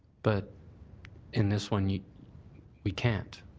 but in this one you we can't.